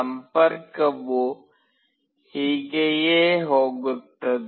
ಸಂಪರ್ಕವು ಹೀಗೆಯೇ ಹೋಗುತ್ತದೆ